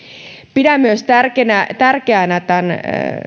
pidän myös tärkeänä tärkeänä tämän